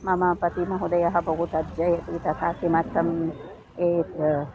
मम पतिमहोदयः बहु तर्जयति तथा किमर्थम् एतत्